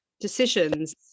decisions